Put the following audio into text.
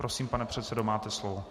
Prosím, pane předsedo, máte slovo.